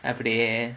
அப்டியே:apdiyae